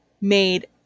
made